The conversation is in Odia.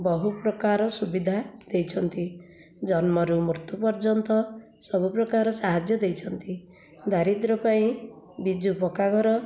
ବହୁ ପ୍ରକାର ସୁବିଧା ଦେଇଛନ୍ତି ଜନ୍ମ ରୁ ମୃତ୍ୟୁ ପର୍ଯ୍ୟନ୍ତ ସବୁ ପ୍ରକାର ସାହାଯ୍ୟ ଦେଇଛନ୍ତି ଦାରିଦ୍ର୍ୟ ପାଇଁ ବିଜୁ ପକ୍କା ଘର